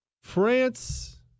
France